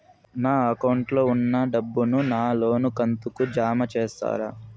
నా అకౌంట్ లో ఉన్న డబ్బును నా లోను కంతు కు జామ చేస్తారా?